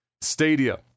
Stadia